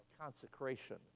consecration